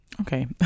Okay